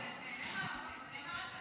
-- אני אומרת להם.